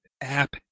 .app